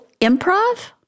improv